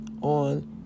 on